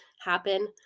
happen